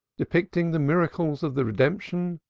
depicting the miracles of the redemption,